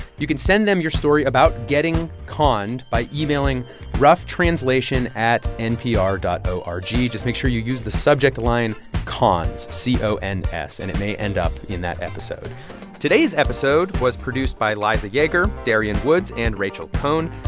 you can send them your story about getting conned by emailing roughtranslation at npr dot o r g. just make sure you use the subject line cons c o n s and it may end up in that episode today's episode was produced by liza yeager, darian woods and rachel cohn.